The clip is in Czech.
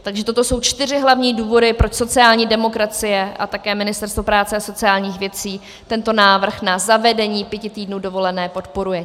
Takže toto jsou čtyři hlavní důvody, proč sociální demokracie a také Ministerstvo práce a sociálních věcí tento návrh na zavedení pěti týdnů dovolené podporuje.